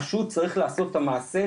פשוט צריך לעשות את המעשה,